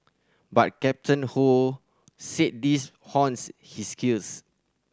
but Captain Ho said these hones his skills